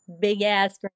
big-ass